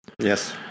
Yes